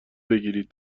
بگیرید